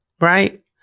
Right